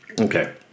Okay